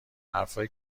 حرفهایی